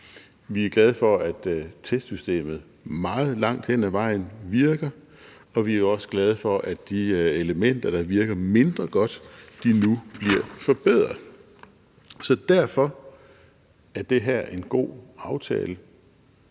Vi er glade for, at testsystemet meget langt hen ad vejen virker, og vi er også glade for, at de elementer, der virker mindre godt, nu bliver forbedret. Så derfor er det her en god aftale.